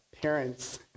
parents